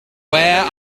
where